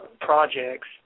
projects